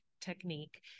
technique